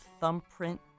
thumbprint